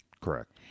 Correct